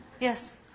Yes